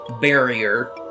barrier